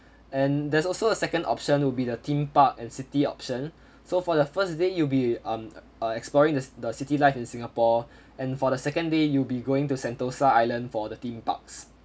and there's also a second option will be the theme park and city option so for the first day you will be um uh exploring the city life in singapore and for the secondary you will be going to sentosa island for the theme parks